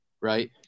right